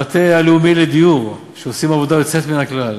המטה הלאומי לדיור, שעושים עבודה יוצאת מן הכלל.